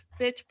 bitch